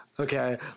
okay